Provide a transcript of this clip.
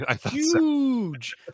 huge